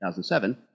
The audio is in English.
2007